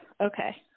Okay